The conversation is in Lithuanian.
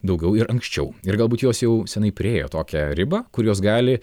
daugiau ir anksčiau ir galbūt jos jau senai priėjo tokią ribą kur jos gali